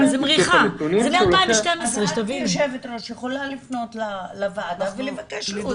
את כיו"ר יכולה לפנות לוועדה ולבקש.